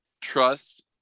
trust